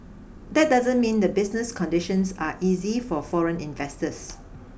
that doesn't mean the business conditions are easy for foreign investors